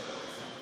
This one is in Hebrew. שלהם,